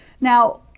Now